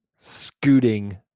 scooting